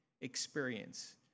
experience